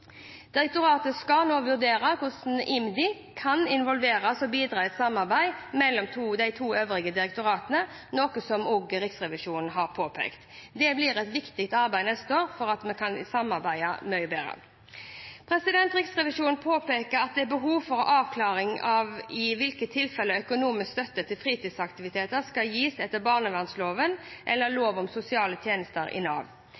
Direktoratet skal nå vurdere hvordan IMDi kan involveres og bidra i samarbeidet mellom de to øvrige direktoratene, noe også Riksrevisjonen har påpekt. Det blir et viktig arbeid neste år, slik at en kan samarbeide mye bedre. Riksrevisjonen påpeker at det er behov for avklaring av i hvilke tilfeller økonomisk støtte til fritidsaktiviteter skal gis etter barnevernsloven eller lov om sosiale tjenester i Nav.